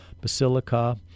Basilica